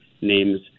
names